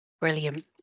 Brilliant